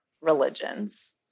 religions